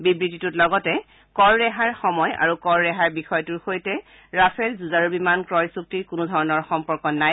বিবৃতিটোত লগতে কৰ ৰেহাইৰ সময় আৰু কৰ ৰেহাইৰ বিষয়টোৰ লগত ৰাফেল যুঁজাৰু বিমান ক্ৰয় চুক্তিৰ কোনোধৰণৰ সম্পৰ্ক নাই